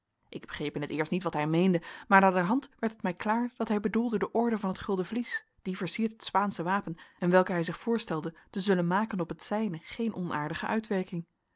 ik begreep in t eerst niet wat hij meende maar naderhand werd het mij klaar dat hij bedoelde de orde van t gulden vlies die versiert het spaansche wapen en welke hij zich voorstelde te zullen maken op het zijne geen onaardige uitwerking